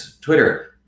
Twitter